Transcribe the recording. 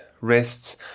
rests